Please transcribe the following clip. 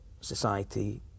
society